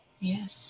Yes